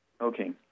Okay